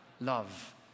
love